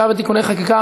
אשר איננה נוכחת,